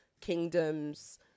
kingdoms